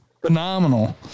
Phenomenal